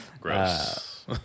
gross